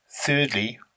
Thirdly